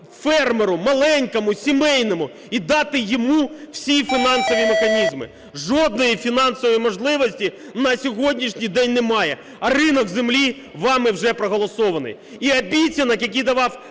фермеру маленькому сімейному і дати йому всі фінансові механізми. Жодної фінансової можливості на сьогоднішній день немає, а ринок землі вами вже проголосований. І обіцянок, які давав